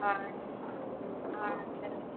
ആഹ് ആണല്ലേ